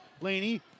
Laney